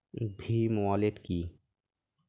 Bhim wallet কি?